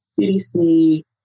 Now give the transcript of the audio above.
CDC